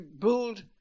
build